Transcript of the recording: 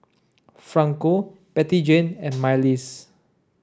Franco Bettyjane and Myles